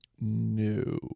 No